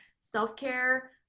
Self-care